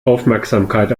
aufmerksamkeit